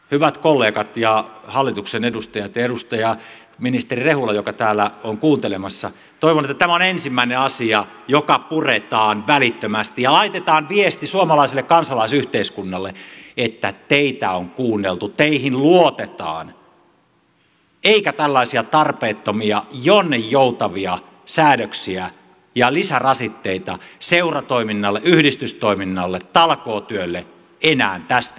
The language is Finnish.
hyvät kollegat ja hallituksen edustajat ja edustaja ministeri rehula joka täällä on kuuntelemassa toivon että tämä on ensimmäinen asia joka puretaan välittömästi ja laitetaan viesti suomalaiselle kansalaisyhteiskunnalle että teitä on kuunneltu teihin luotetaan eikä tällaisia tarpeettomia jonninjoutavia säädöksiä ja lisärasitteita seuratoiminnalle yhdistystoiminnalle talkootyölle enää tästä eteenpäin ole